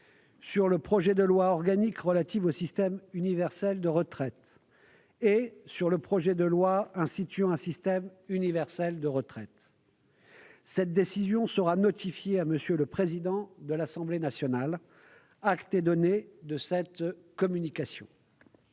sur le projet de loi organique relatif au système universel de retraite et sur le projet de loi instituant un système universel de retraite. Cette décision sera notifiée à M. le président de l'Assemblée nationale. Acte est donné de cette communication.